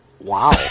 Wow